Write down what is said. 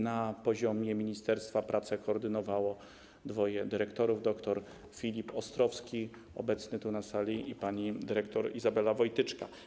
Na poziomie ministerstwa prace koordynowało dwoje dyrektorów, dr Filip Ostrowski, obecny na sali, i pani dyrektor Izabela Wojtyczka.